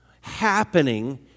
happening